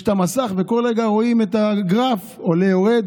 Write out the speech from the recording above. יש מסך וכל רגע רואים את הגרף עולה-יורד,